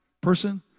person